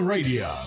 Radio